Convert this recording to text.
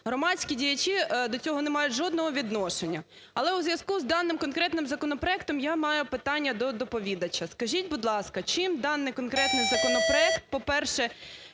Громадські діячі до цього не мають жодного відношення. Але у зв'язку з даним конкретним законопроектом я маю питання до доповідача. Скажіть, будь ласка, чим даний, конкретний законопроект, по-перше,